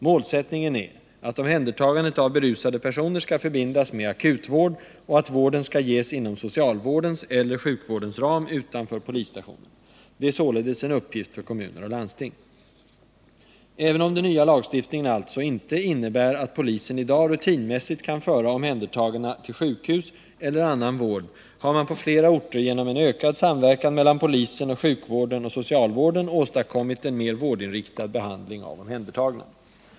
Målsättningen är att omhändertagandet av berusade personer skall förbindas med akutvård och att vården skall ges inom socialvårdens eller sjukvårdens ram utanför polisstationerna. Det är således en uppgift för kommuner och landsting. Även om den nya lagstiftningen alltså inte innebär att polisen i dag rutinmässigt kan föra omhändertagna till sjukhus eller annan vård har man på flera orter genom ökad samverkan mellan polisen och sjukvården och socialvården åstadkommit en mer vårdinriktad behandling av de omhändertagna.